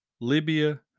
Libya